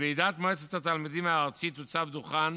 בוועידת מועצת התלמידים הארצית הוצב דוכן